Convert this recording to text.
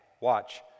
watch